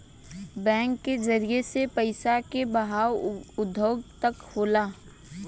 bank के जरिए से पइसा के बहाव उद्योग तक होला